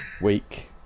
week